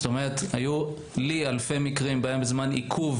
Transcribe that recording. זאת אומרת היו לי אלפי מקרים של זמן עיכוב